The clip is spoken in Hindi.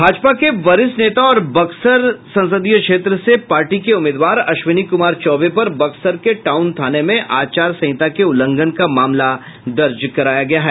भाजपा के वरिष्ठ नेता और बक्सर के संसदीय क्षेत्र से पार्टी के उम्मीदवार अश्विनी कुमार चौबे पर बक्सर के टाउन थाने में आचार संहिता के उल्लंघन का मामला दर्ज कराया गया है